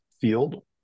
field